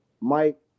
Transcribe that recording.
Mike